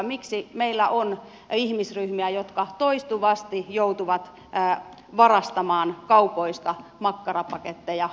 miksi meillä on ihmisryhmiä jotka toistuvasti joutuvat varastamaan kaupoista makkarapaketteja syödäkseen